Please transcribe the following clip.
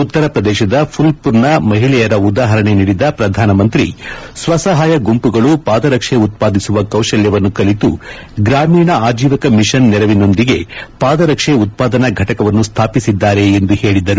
ಉತ್ತರ ಪ್ರದೇಶದ ಫುಲ್ಪುರ್ನ ಮಹಿಳೆಯರ ಉದಾಹರಣೆ ನೀಡಿದ ಪ್ರಧಾನಮಂತ್ರಿ ಸ್ವ ಸಹಾಯ ಗುಂಪುಗಳು ಪಾದರಕ್ಷೆ ಉತ್ಪಾದಿಸುವ ಕೌಶಲ್ಯವನ್ನು ಕಲಿತು ಗ್ರಾಮೀಣ ಆಜೀವಿಕ ಮಿಷನ್ ನೆರವಿನೊಂದಿಗೆ ಪಾದರಕ್ಷೆ ಉತ್ಪಾದನಾ ಫಟಕವನ್ನು ಸ್ವಾಪಿಸಿದ್ದಾರೆ ಎಂದು ಹೇಳಿದರು